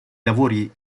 lavori